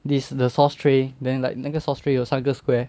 this the sauce tray then like 那个 sauce tray 有三个 square